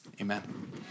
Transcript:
Amen